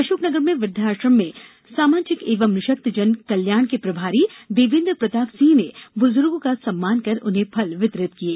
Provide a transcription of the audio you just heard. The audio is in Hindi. अशोकनगर में व्रद्वाश्रम में सामासजिक एवं निःशक्तजन कल्याण के प्रभारी देवेन्द्र प्रताप सिंह ने बुजुर्गों का सम्मान कर उन्हें फल वितरित किये